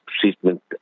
treatment